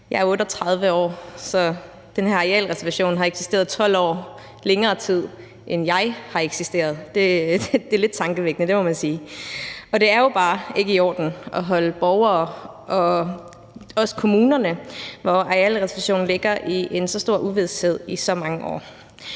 Jeg er 38 år, så den her arealreservation har eksisteret 12 år længere, end jeg har eksisteret – det er lidt tankevækkende, må man sige. Og det er jo bare ikke i orden at holde borgere og også kommunerne, hvor arealreservationen ligger, hen i så stor uvished i så mange år.